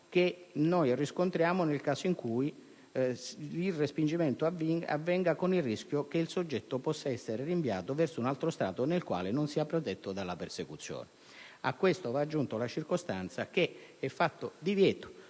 che noi riscontriamo nel caso in cui il respingimento avvenga con il rischio che il soggetto possa essere rinviato verso un altro Stato nel quale non sia protetto dalla persecuzione. A questo va aggiunta la circostanza che è fatto divieto